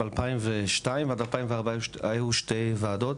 ב-2002 היו שתי וועדות.